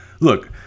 Look